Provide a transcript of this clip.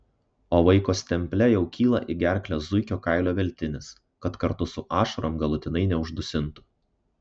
o vaiko stemple jau kyla į gerklę zuikio kailio veltinis kad kartu su ašarom galutinai neuždusintų